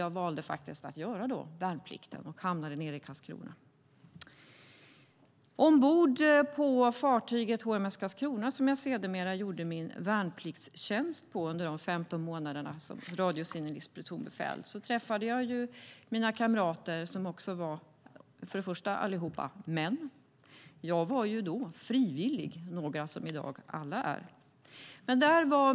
Jag valde att göra värnplikten och hamnade i Karlskrona. Ombord på fartyget HMS Carlskrona, där jag sedermera gjorde min värnpliktstjänst 15 månader som radiosignalistplutonbefäl, träffade jag mina kamrater som först och främst var män. Jag var då frivillig, något som i dag alla är.